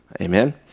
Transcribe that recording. Amen